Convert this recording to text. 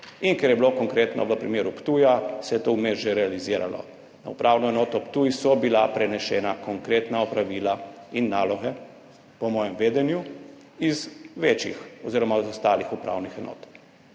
In ker je bilo konkretno v primeru Ptuja, se je to vmes že realiziralo, na Upravno enoto Ptuj so bila prenesena konkretna opravila in naloge, po mojem vedenju, iz večjih oziroma iz ostalih upravnih enot.